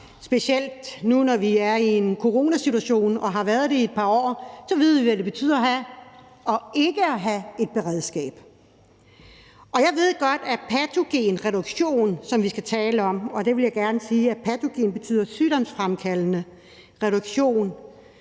Specielt nu, hvor vi er i en coronasituation og har været det i et par år, ved vi, hvad det betyder at have og ikke at have et beredskab. Jeg ved godt, at patogenreduktion, som vi skal tale om – og jeg vil gerne sige, at patogen betyder sygdomsfremkaldende – nok ikke